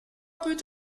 peut